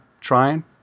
trying